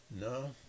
No